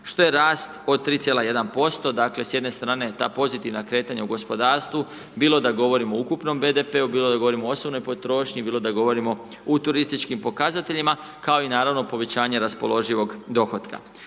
što je rast od 3,1%. Dakle s jedne strane ta pozitivna kretanja u gospodarstvu, bilo da govorimo o ukupnom BDP-u, bilo da govorimo o osobnoj potrošnji, bilo da govorimo u turističkim pokazateljima kao i naravno povećanje raspoloživog dohotka.